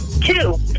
Two